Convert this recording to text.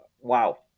wow